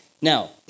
Now